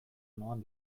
noan